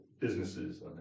businesses